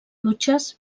dutxes